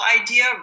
idea